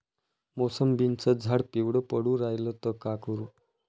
मोसंबीचं झाड पिवळं पडून रायलं त का करू?